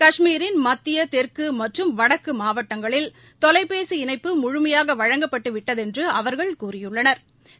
கஷ்மீரின் மத்திய தெற்குமற்றும் வடக்குமாவட்டங்களில்தொலைபேசி இணைப்பு முழுமையாகவழங்கப்பட்டுவிட்டதென்றுஅவா்கள் கூறியுள்ளனா்